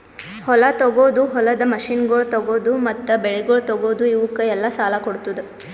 ಹೊಲ ತೊಗೋದು, ಹೊಲದ ಮಷೀನಗೊಳ್ ತೊಗೋದು, ಮತ್ತ ಬೆಳಿಗೊಳ್ ತೊಗೋದು, ಇವುಕ್ ಎಲ್ಲಾ ಸಾಲ ಕೊಡ್ತುದ್